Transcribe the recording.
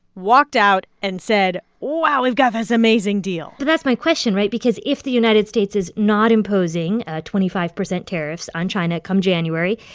walked out and said, wow, we've got this amazing deal but that's my question right? because if the united states is not imposing twenty five percent tariffs on china come january,